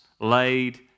laid